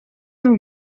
amb